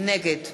נגד